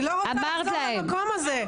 אני לא רוצה לחזור למקום הזה.